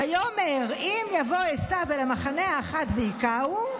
ויאמר אם יבוא עשו אל המחנה האחת והכהו,